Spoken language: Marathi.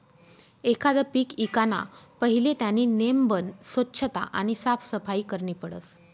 एखांद पीक ईकाना पहिले त्यानी नेमबन सोच्छता आणि साफसफाई करनी पडस